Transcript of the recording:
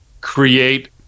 create